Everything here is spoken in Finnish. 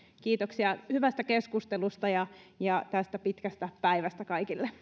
kiitoksia hyvästä keskustelusta ja ja tästä pitkästä päivästä kaikille